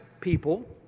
people